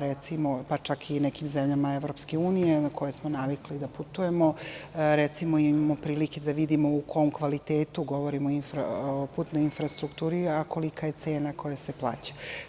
recimo, pa čak i nekim zemljama EU na koje smo navikli da putujemo, recimo, imamo prilike da vidimo u kom kvalitetu govorimo o putnoj infrastrukturi, a kolika je cena koja se plaća.